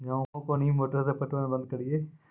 गेहूँ कोनी मोटर से पटवन बंद करिए?